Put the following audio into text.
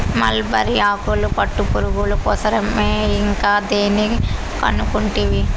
mulberry ఆకులు పట్టుపురుగుల కోసరమే ఇంకా దేని కనుకుంటివి